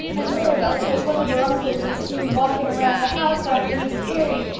and mirabel says one of her uncles was seen walking around the house after he was buried.